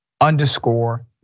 underscore